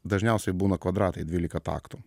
dažniausiai būna kvadratai dvylika taktų